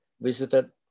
visited